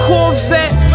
Corvette